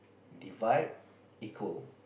divide equal